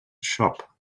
shop